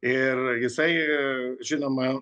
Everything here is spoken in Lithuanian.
ir jisai žinoma